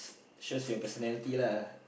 shows your personality lah